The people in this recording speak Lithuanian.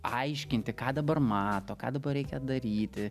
aiškinti ką dabar mato ką dabar reikia daryti